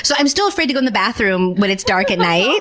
so i'm still afraid to go in the bathroom when it's dark at night.